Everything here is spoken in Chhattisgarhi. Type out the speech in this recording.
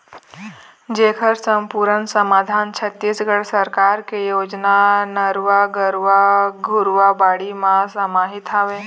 जेखर समपुरन समाधान छत्तीसगढ़ सरकार के योजना नरूवा, गरूवा, घुरूवा, बाड़ी म समाहित हवय